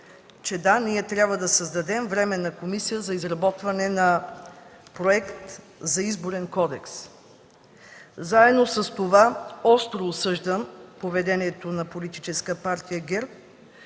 че – да, ние трябва да създадем Временна комисия за изработване на проект за Изборен кодекс. Заедно с това остро осъждам поведението на Политическа партия ГЕРБ,